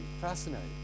fascinating